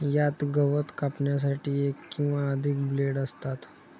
यात गवत कापण्यासाठी एक किंवा अधिक ब्लेड असतात